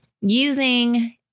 using